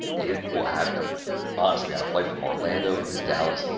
it will have a honestly, on a flight from orlando to dallas,